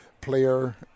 player